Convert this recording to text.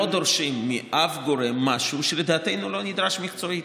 לא דורשים מאף גורם משהו שלדעתנו לא נדרש מקצועית.